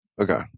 Okay